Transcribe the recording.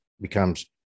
becomes